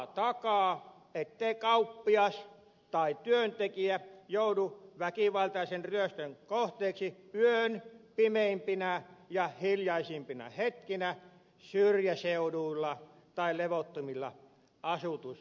kuka takaa ettei kauppias tai työntekijä joudu väkivaltaisen ryöstön kohteeksi yön pimeimpinä ja hiljaisimpina hetkinä syrjäseuduilla tai levottomilla asutusalueilla